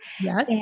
Yes